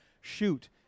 shoot